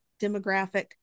demographic